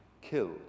killed